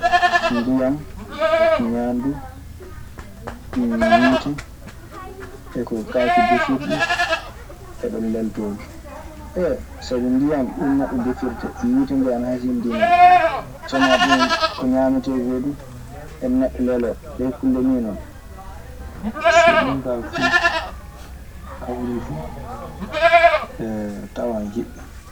Ndiyan, Ñaandu, Yiite e ko kaake defirɗe e ɗo lelotoomi. sabi ndiyan ɗun neɗɗo defirta, yiite ngee ana hasindinaa. So wanaa ɗun ko ñaametee koo du e neɗɗo leloo ɗee kulle nii non. SO ɗun kaa fuu hawrii fu tawan hiɓɓii.